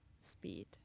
speed